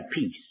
peace